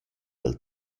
dal